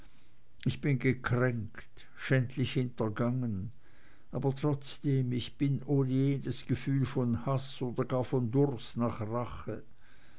ich bin gekränkt schändlich hintergangen aber trotzdem ich bin ohne jedes gefühl von haß oder gar von durst nach rache